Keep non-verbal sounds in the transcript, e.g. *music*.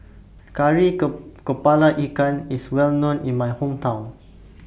Kari *unintelligible* Kepala Ikan IS Well known in My Hometown